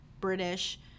British